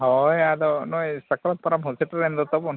ᱦᱳᱭ ᱟᱫᱚ ᱱᱚᱜᱼᱚᱸᱭ ᱥᱟᱠᱨᱟᱛ ᱯᱟᱨᱟᱵᱽ ᱦᱚᱸ ᱥᱮᱴᱮᱨᱮᱱ ᱫᱚ ᱛᱟᱵᱚᱱ